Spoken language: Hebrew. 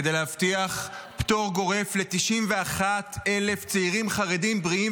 כדי להבטיח פטור גורף ל-91,000 צעירים חרדים בריאים